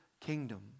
kingdom